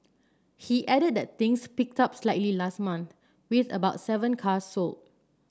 he added that things picked up slightly last month with about seven cars sold